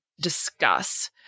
discuss